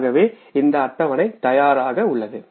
ஆகவே இந்த அட்டவணை தயாராக உள்ளது